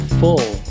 full